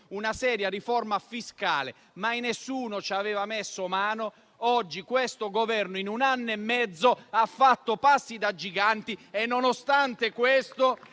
una seria riforma fiscale; mai nessuno ci aveva messo mano. Questo Governo, in un anno e mezzo, ha fatto passi da gigante e, nonostante questo,